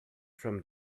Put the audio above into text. from